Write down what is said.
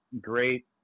great